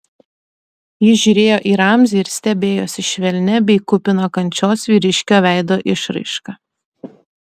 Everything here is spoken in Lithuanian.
ji žiūrėjo į ramzį ir stebėjosi švelnia bei kupina kančios vyriškio veido išraiška